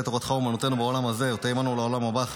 תורתך אמנותנו בעולם הזה ותהא עמנו לעולם הבא.